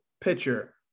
pitcher